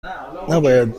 نباید